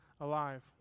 alive